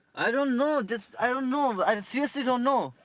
i don't know. just i don't know! i seriously don't know.